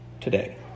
today